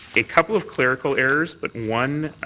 a couple of clerical errors, but one